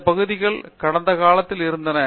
இந்த பகுதிகளில் கடந்த காலத்திலும் இருந்தன